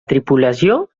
tripulació